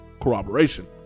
corroboration